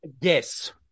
Yes